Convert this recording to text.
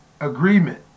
agreement